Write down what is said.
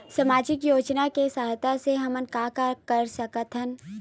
सामजिक योजना के सहायता से हमन का का कर सकत हन?